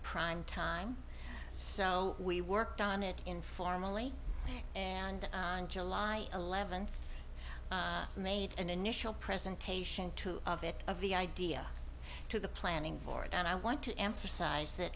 prime time so we worked on it informally and on july eleventh made an initial presentation to of it of the idea to the planning board and i want to emphasize that